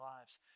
lives